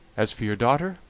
as for your daughter,